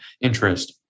interest